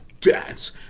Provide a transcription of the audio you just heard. dance